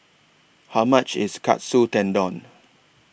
How much IS Katsu Tendon